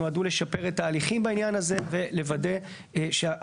נועדו לשפר את ההליכים בעניין הזה ולוודא שהעבודה